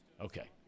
okay